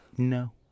no